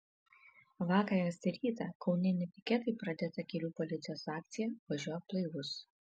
vakar anksti rytą kaune netikėtai pradėta kelių policijos akcija važiuok blaivus